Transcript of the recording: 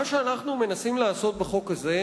מה שאנחנו מנסים לעשות בחוק הזה,